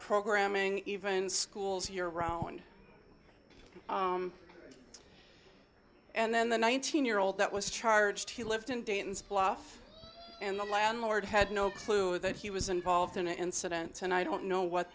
programming even schools year round and then the nineteen year old that was charged he lived in dayton's off in the landlord had no clue that he was involved in incidents and i don't know what